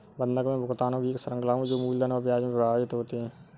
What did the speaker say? बंधक में भुगतानों की एक श्रृंखला में जो मूलधन और ब्याज में विभाजित होते है